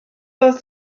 oedd